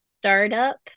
startup